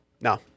No